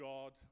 God